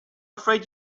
afraid